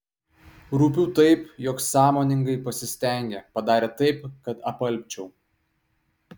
rūpiu taip jog sąmoningai pasistengė padarė taip kad apalpčiau